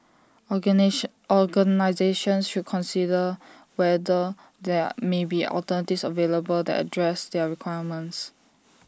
organisations should consider whether there may be alternatives available that address their requirements